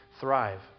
thrive